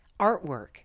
artwork